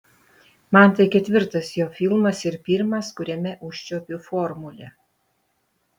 man tai ketvirtas jo filmas ir pirmas kuriame užčiuopiu formulę